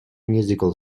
musical